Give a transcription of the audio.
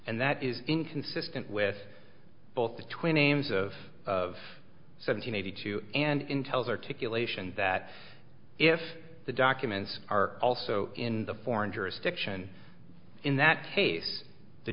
and that is inconsistent with both the twin aims of seven hundred eighty two and intel's articulation that if the documents are also in the foreign jurisdiction in that case the